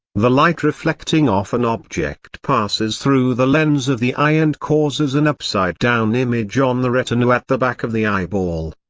the light reflecting off an object passes through the lens of the eye and causes an upside-down image on um the retina at the back of the eyeball.